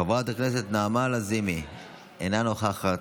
חברת הכנסת נעמה לזימי, אינה נוכחת,